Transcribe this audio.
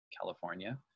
California